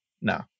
No